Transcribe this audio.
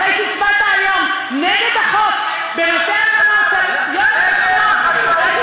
אחרי שהצבעת היום נגד החוק בנושא האלמנות של יואל חסון,